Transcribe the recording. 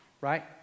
right